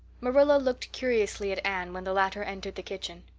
marilla looked curiously at anne when the latter entered the kitchen.